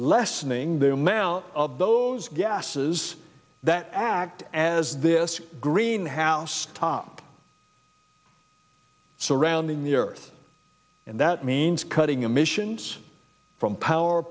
lessening the amount of those gases that act as this greenhouse topped surrounding the earth and that means cutting emissions from power